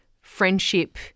friendship